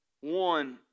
one